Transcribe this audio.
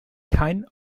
kein